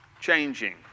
changing